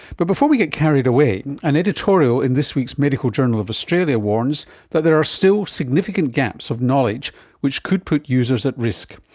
but before we get carried away, an editorial in this week's medical journal of australia warns that there are still significant gaps in knowledge which could put users at risk.